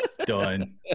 Done